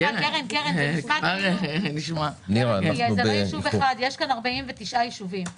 זה לא ישוב אחד, יש כאן 49 ישובים.